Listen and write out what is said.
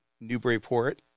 Newburyport